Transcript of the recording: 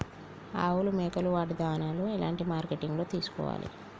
ఆవులు మేకలు వాటి దాణాలు ఎలాంటి మార్కెటింగ్ లో తీసుకోవాలి?